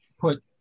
put